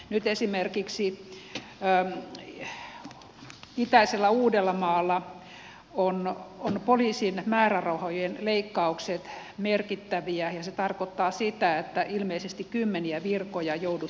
nyt esimerkiksi itäisellä uudellamaalla poliisin määrärahojen leikkaukset ovat merkittäviä ja se tarkoittaa sitä että ilmeisesti kymmeniä virkoja joudutaan lakkauttamaan